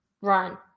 run